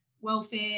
welfare